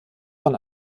von